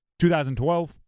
2012